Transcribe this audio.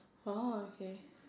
orh okay